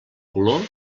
color